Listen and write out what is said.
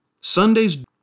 Sundays